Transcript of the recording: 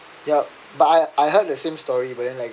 yup but I I heard the same story but then like